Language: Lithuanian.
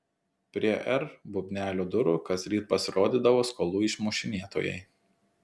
prie r bubnelio durų kasryt pasirodydavo skolų išmušinėtojai